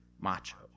macho